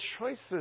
choices